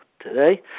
today